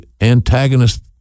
antagonist